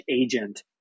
agent